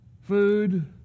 food